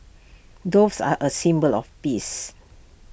doves are A symbol of peace